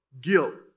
guilt